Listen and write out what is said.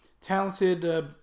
Talented